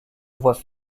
voix